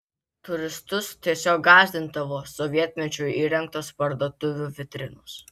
turistus tiesiog gąsdindavo sovietmečiu įrengtos parduotuvių vitrinos